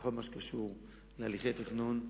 בכל מה שקשור להליכי תכנון,